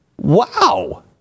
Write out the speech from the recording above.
Wow